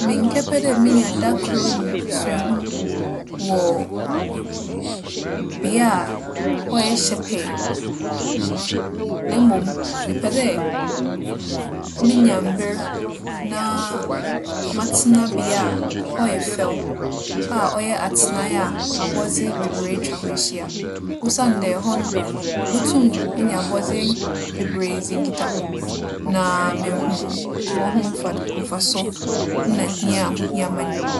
Mennkɛpɛ dɛ menya da kor mu suahu wͻ bea a hͻ yɛ hyɛpɛɛ, na mbom, mepɛ dɛ minya mber na matsena bea a hͻ yɛ fɛw a ͻyɛ atsenae a abͻdze beberee etwa hͻ ehyia. Osiandɛ hͻ no, mubotum nye abͻdze beberee edzi nkitaho na mehu hͻnho mfado - mfaso nna hia a wohia ma nyimpa.